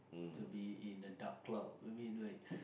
to be in a dark cloud I mean like